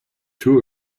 two